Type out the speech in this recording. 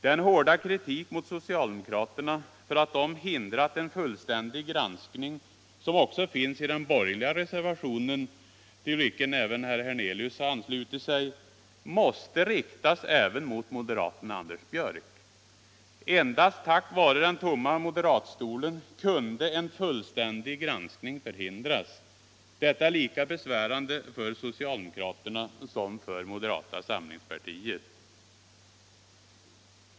Den hårda kritik mot socialdemokraterna för att de hindrat en fullständig granskning som också finns i den borgerliga reservationen, till vilken herr Hernelius anslutit sig, måste riktas även mot moderaten Anders Björck. Endast på grund av den tomma moderatstolen kunde en fullständig granskning förhindras. Detta är lika besvärande för moderata samlingspartiet som för socialdemokraterna.